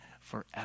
forever